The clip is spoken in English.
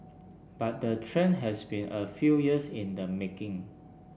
but the trend has been a few years in the making